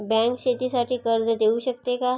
Bank शेतीसाठी कर्ज देऊ शकते का?